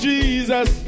Jesus